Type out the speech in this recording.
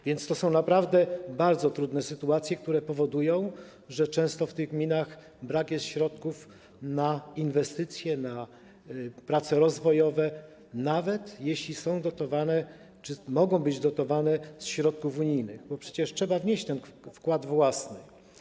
Więc to są naprawdę bardzo trudne sytuacje, które powodują, że często w tych gminach brakuje środków na inwestycje, na prace rozwojowe, nawet jeśli są dotowane czy mogą być dotowane ze środków unijnych, bo przecież trzeba wnieść wkład własny.